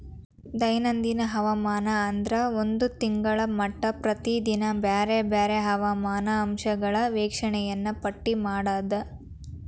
ದೈನಂದಿನ ಹವಾಮಾನ ಅಂದ್ರ ಒಂದ ತಿಂಗಳ ಮಟಾ ಪ್ರತಿದಿನಾ ಬ್ಯಾರೆ ಬ್ಯಾರೆ ಹವಾಮಾನ ಅಂಶಗಳ ವೇಕ್ಷಣೆಯನ್ನಾ ಪಟ್ಟಿ ಮಾಡುದ